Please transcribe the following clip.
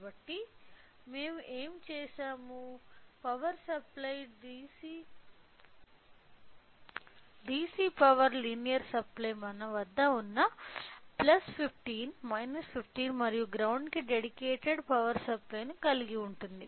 కాబట్టి మేము ఏమి చేసాము power supply DC power linear supply మన వద్ద ఉన్న 15 15 మరియు గ్రౌండ్ కి డెడికేటెడ్ పవర్ సప్లై ను కలిగి ఉంది